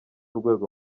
rwego